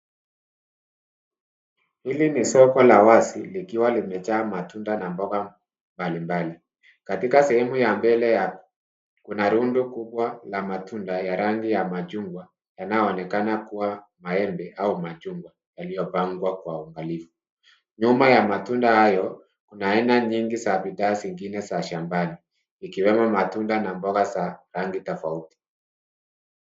Hili ni soko la wazi, likiwa na matunda na mboga mbalimbali. Katika sehemu ya mbele kuna rundo lililojaa matunda ya rangi ya machungwa, yanayoonekana kuwa maembe au machungwa, yamepangwa kwa mpangilio. Nyuma ya matunda hayo, kuna sehemu nyingi za bidhaa nyingine kama shamba. Hii ni pamoja na matunda na mboga.